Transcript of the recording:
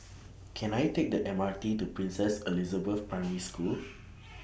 Can I Take The M R T to Princess Elizabeth Primary School